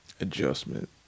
adjustment